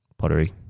pottery